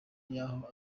yahoo